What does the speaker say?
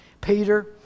Peter